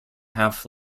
half